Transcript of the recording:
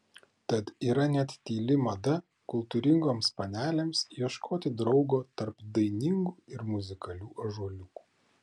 tad yra net tyli mada kultūringoms panelėms ieškoti draugo tarp dainingų ir muzikalių ąžuoliukų